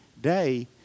day